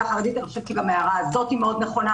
החרדית; אני חושבת שגם ההערה הזאת היא מאוד נכונה.